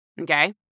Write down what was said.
Okay